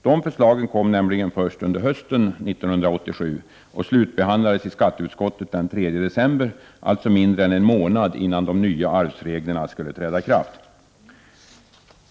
Dessa förslag kom nämligen först under hösten 1987 och slutbehandlades i skatteutskottet den 3 december, dvs. mindre än en månad innan de nya arvsreglerna skulle träda i kraft.